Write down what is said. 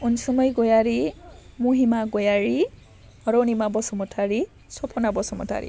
Ansumai Gayari Mahima Gayari Ranima Basumatary Sapna Basumatary